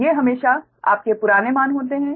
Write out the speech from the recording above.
ये हमेशा आपके पुराने मान होते हैं